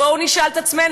בואו נשאל את עצמנו.